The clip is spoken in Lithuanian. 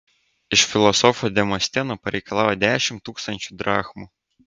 iš filosofo demosteno pareikalavo dešimt tūkstančių drachmų